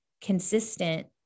consistent